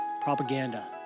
propaganda